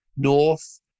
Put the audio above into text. north